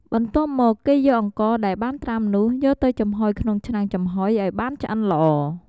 បន្ទាប់មកគេយកអង្ករដែលបានត្រាំនោះ យកទៅចំហុយក្នុងឆ្នាំងចំហុយឲ្យបានឆ្អិនល្អ។